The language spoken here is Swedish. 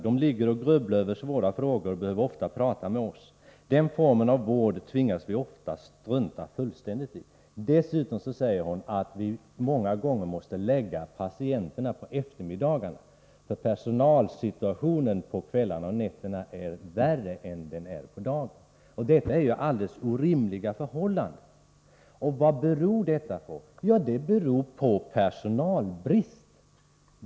De ligger och grubblar över svåra frågor, och behöver ofta prata med oss. Den formen av vård tvingas vi oftast strunta fullständigt i.” Dessutom säger hon att man många gånger måste lägga patienterna på eftermiddagarna, för personalsituationen på kvällarna och nätterna är värre än den är på dagarna. Detta är ju alldeles orimliga förhållanden. Och vad beror detta på? Jo, det beror på personalbrist.